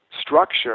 structure